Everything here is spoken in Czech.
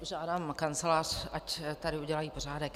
Žádám kancelář, ať tady udělají pořádek!